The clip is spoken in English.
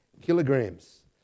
kilograms